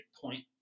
point